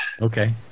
Okay